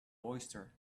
oyster